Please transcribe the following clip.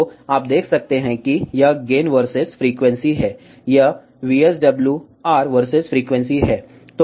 तो आप देख सकते हैं कि यह गेन वर्सेस फ्रीक्वेंसी है यह VSWR वर्सेस फ्रीक्वेंसी है